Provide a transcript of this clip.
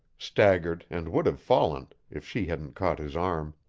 staggered and would have fallen if she hadn't caught his arm.